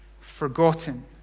forgotten